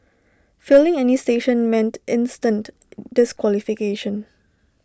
failing any station meant instant disqualification